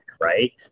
right